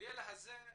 המודל הזה,